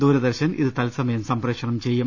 ദൂരദർശൻ ഇത് തൽസമയം സംപ്രേ ക്ഷണം ചെയ്യും